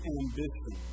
ambition